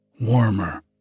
warmer